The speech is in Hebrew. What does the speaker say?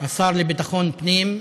השר לביטחון פנים ארדן,